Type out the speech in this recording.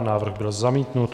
Návrh byl zamítnut.